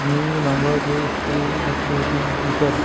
मी मागं जे इस्त्री घेतली होती विकत